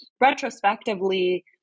retrospectively